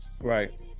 right